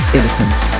Innocence